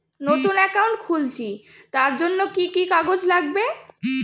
নতুন অ্যাকাউন্ট খুলছি তার জন্য কি কি কাগজ লাগবে?